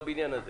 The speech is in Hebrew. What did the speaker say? לבניין הזה.